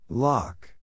Lock